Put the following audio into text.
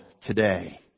today